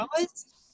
hours